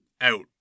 out